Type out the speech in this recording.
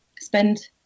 spend